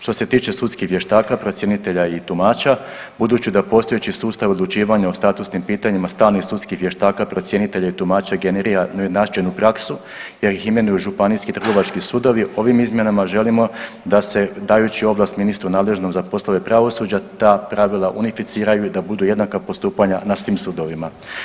Što se tiče sudskih vještaka, procjenitelja i tumača budući da postojeći sustav odlučivanja o statusnim pitanjima stalnih sudskih vještaka, procjenitelja i tumača generira načelnu praksu jer ih imenuju županijski trgovački sudovi ovim izmjenama želimo da se dajući ovlast ministru nadležnom za poslove pravosuđa ta pravila unificiraju i da budu jednaka postupanja na svim sudovima.